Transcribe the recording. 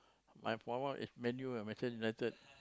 my former is Man-U Manchester-United